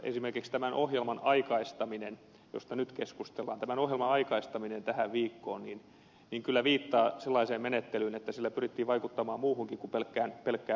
esimerkiksi tämän ohjelman josta nyt keskustellaan aikaistaminen tähän viikkoon kyllä viittaa sellaiseen menettelyyn että sillä pyrittiin vaikuttamaan muuhunkin kuin pelkkään uutisointiin